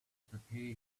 prepare